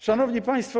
Szanowni Państwo!